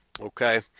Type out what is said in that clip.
okay